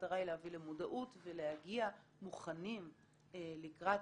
המטרה היא להביא למודעות ולהגיע מוכנים לקראת